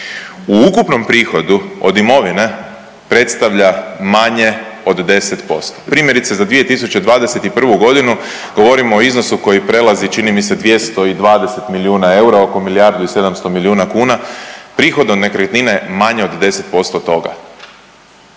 u ukupnom prihodu od imovine predstavlja manje od 10%. Primjerice za 2021.g. govorimo o iznosu koji prelazi čini mi se 200 i 20 milijuna eura, oko milijardu i 700 milijuna kuna, prihod od nekretnine je manji od 10% od